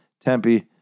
Tempe